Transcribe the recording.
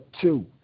two